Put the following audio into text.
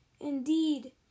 Indeed